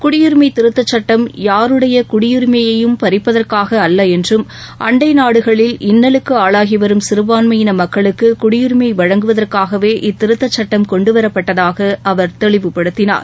குடியுரிமை திருத்தச் சுட்டம் யாருடைய குடியுரிமையையும் பறிப்பதற்காக அல்ல என்றும் அண்டை நாடுகளில் இள்ளலுக்கு ஆளாகிவரும் சிறுபான்மையின மக்களுக்கு குடியுரிமை வழங்குவதற்காகவே இத்திருத்தச் சட்டம் கொண்டுவரப்பட்டதாக அவர் தெளிவுபடுத்தினார்